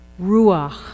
Ruach